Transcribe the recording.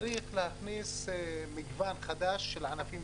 צריך להכניס מגוון חדש של ענפים,